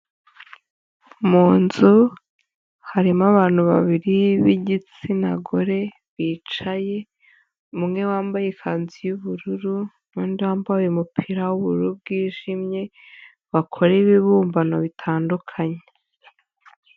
Mu nzu harimo abantu babiri b'igitsina gore bicaye, umwe wambaye ikanzu y'ubururu n'undi wambaye umupira w'ubururu bwijimye, bakora ibibumbano bitandukanye.